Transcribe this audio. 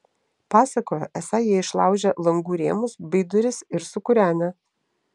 pasakojo esą jie išlaužę langų rėmus bei duris ir sukūrenę